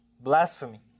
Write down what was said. blasphemy